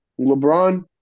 LeBron